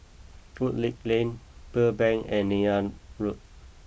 Woodleigh Lane Pearl Bank and Neythal Road